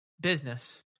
business